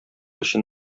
өчен